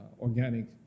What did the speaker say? organic